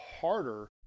harder